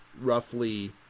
roughly